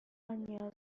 نیاز